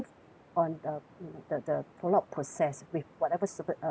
on the you know the the follow up process with whatever speci~ uh